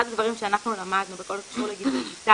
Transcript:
אחד הדברים שאנחנו למדנו בכל הקשור לדיגיטציה,